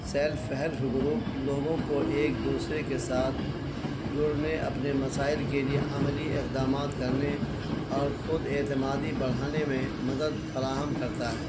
self help group لوگوں کو ایک دوسرے کے ساتھ جڑنے اپنے مسائل کے لیے عملی اقدامات کرنے اور خود اعتمادی بڑھانے میں مدد فراہم کرتا ہے